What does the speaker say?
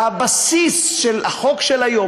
והבסיס של החוק של היום,